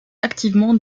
activement